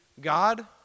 God